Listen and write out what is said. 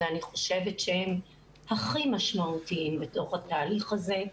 ואני חושבת שהם הכי משמעותיים בתוך התהליך הזה,